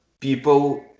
people